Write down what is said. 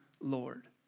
Lord